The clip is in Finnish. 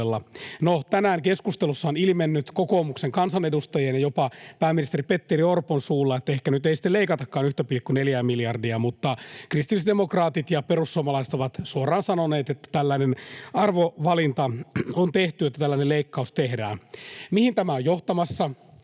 tänään keskustelussa on ilmennyt kokoomuksen kansanedustajien ja jopa pääministeri Petteri Orpon suulla, että ehkä nyt ei sitten leikatakaan 1,4:ää miljardia, mutta kristillisdemokraatit ja perussuomalaiset ovat suoraan sanoneet, että tällainen arvovalinta on tehty, että tällainen leikkaus tehdään. Mihin tämä on johtamassa?